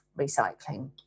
recycling